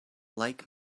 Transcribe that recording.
like